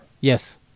Yes